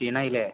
ക്ഷീണമായി അല്ലേ